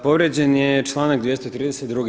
Povrijeđen je članak 232.